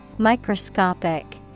Microscopic